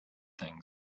things